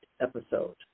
episode